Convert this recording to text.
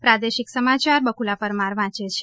પ્રાદેશિક સમાચાર બકુલા પરમાર વાંચે છે